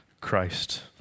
Christ